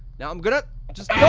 now i'm gonna just, oh,